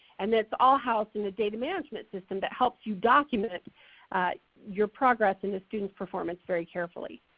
and that's all housed in the data management system that helps you document your progress and the students' performance very carefully.